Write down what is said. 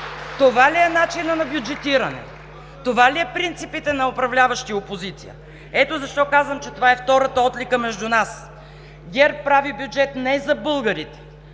Това ли е начинът на бюджетиране? Това ли са принципите на управляващи и опозиция? Ето защо казвам, че това е втората отлика между нас – ГЕРБ прави бюджет не за българите,